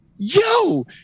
Yo